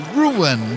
ruin